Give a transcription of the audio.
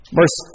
verse